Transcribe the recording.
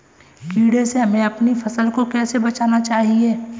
कीड़े से हमें अपनी फसल को कैसे बचाना चाहिए?